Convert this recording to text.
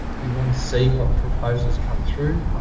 we want to see what proposals come through.